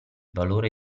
valore